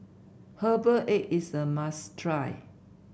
Herbal Egg is a must try